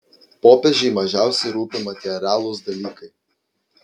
popiežiui mažiausiai rūpi materialūs dalykai